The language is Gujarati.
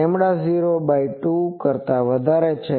λ02 કરતા વધારે છે